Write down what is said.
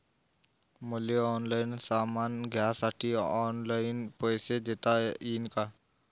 मले ऑनलाईन सामान घ्यासाठी ऑनलाईन पैसे देता येईन का?